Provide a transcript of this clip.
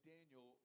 Daniel